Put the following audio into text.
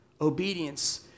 obedience